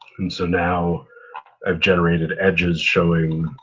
and so now i've generated edges showing,